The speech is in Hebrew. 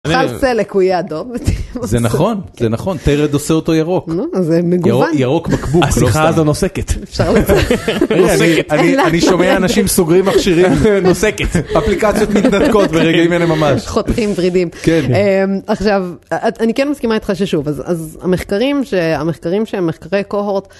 סלק הוא יהיה אדום. זה נכון, זה נכון, תרד עושה אותו ירוק, ירוק בקבוק. השיחה הזאת נוסקת. אני שומע אנשים סוגרים מכשירים, נוסקת, אפליקציות מתנתקות ברגעים האלה ממש. חותכים ורידים, עכשיו, אני כן מסכימה איתך ששוב, אז המחקרים שהם מחקרי קוהורט.